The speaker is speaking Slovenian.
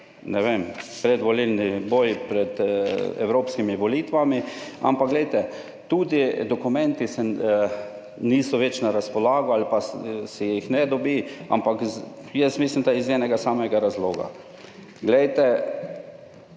ne vem, predvolilni boj pred evropskimi volitvami, ampak tudi dokumenti niso več na razpolago ali pa se jih ne dobi, ampak jaz mislim, da iz enega samega razloga. Če